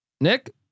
Nick